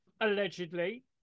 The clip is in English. allegedly